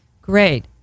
Great